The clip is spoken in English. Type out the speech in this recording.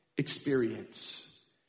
experience